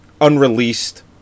unreleased